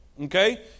Okay